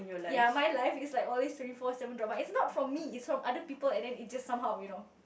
ya my life is like always twenty four seven drama it's not from me it's from other people and then it just somehow you know